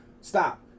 stop